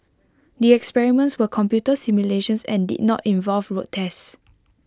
the experiments were computer simulations and did not involve road tests